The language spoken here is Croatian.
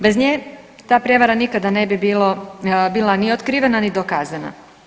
Bez nje ta prijevara nikada ne bi bila ni otkrivena, ni dokazana.